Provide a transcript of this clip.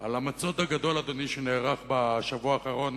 על המצוד הגדול, אדוני, שנערך בשבוע האחרון